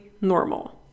normal